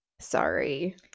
sorry